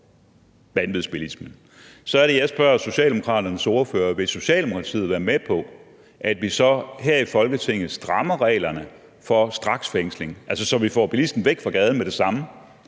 Så er det, jeg spørger Socialdemokratiets ordfører: Vil Socialdemokratiet være med på, at vi her i Folketinget strammer reglerne for straksfængsling, så vi får bilisten væk fra gaden med det samme,